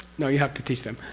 no, you have to teach them.